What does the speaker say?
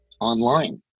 online